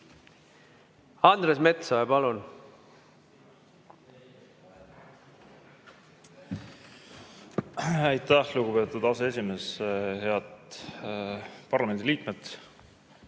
Andres Metsoja, palun! Aitäh, lugupeetud aseesimees! Head parlamendiliikmed!